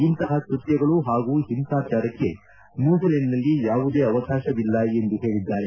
ಇಂತಹ ಕೃತ್ತಗಳು ಹಾಗೂ ಹಿಂಸಾಚಾರಕ್ಕೆ ನ್ಣೂಜಿಲೆಂಡ್ನಲ್ಲಿ ಯಾವುದೇ ಅವಕಾಶವಿಲ್ಲ ಎಂದು ಹೇಳಿದ್ದಾರೆ